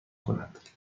کند